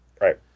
Right